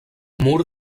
mur